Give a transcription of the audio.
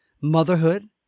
motherhood